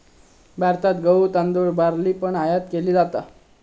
भारतात गहु, तांदुळ, बार्ली पण आयात केली जाता